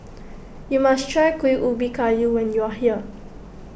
you must try Kuih Ubi Kayu when you are here